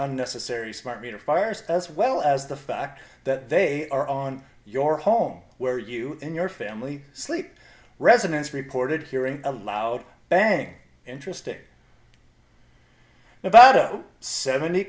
unnecessary smart meter fires as well as the fact that they are on your home where you and your family sleep residents reported hearing a loud bang interesting about a seventy